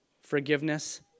forgiveness